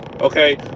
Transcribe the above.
Okay